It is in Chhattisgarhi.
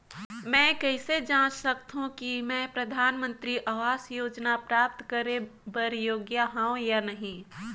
मैं कइसे जांच सकथव कि मैं परधानमंतरी आवास योजना प्राप्त करे बर योग्य हववं या नहीं?